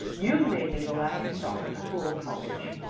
you've made me the laughing-stock of the whole college.